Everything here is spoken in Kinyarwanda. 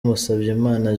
musabyimana